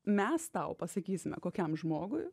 mes tau pasakysime kokiam žmogui